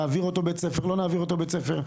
להעביר אותו בית ספר או לא להעביר אותו בית ספר.